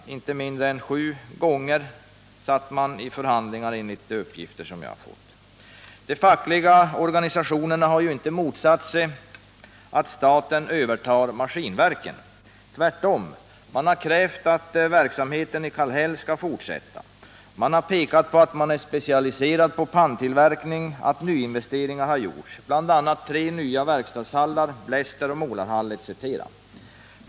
Inte mindre än sju gånger satt man i förhandlingar, enligt de uppgifter som jag har fått. De fackliga organisationerna har ju inte motsatt sig att staten övertar Maskinverken — tvärtom. Men de har krävt att verksamheten i Kallhäll skall fortsätta. De har pekat på att verksamheten är specialiserad på panntillverkning, att nyinvesteringar har gjorts, bl.a. i tre nya verkstadshallar, blästeroch målarhall etc.